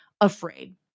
afraid